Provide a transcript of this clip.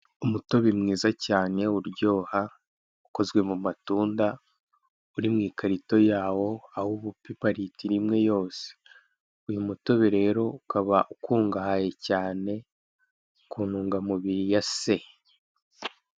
Umutobe mwiza cyane uryoha, ukozwe mu matunda, uri mu ikarito yawo, aho ubu upima litiro imwe yose, uyu mutobe rero ukaba ukungahaye cyane ku ntungamubiri ya se.